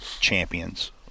champions